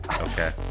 Okay